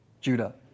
Judah